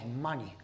money